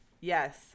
Yes